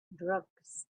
drugs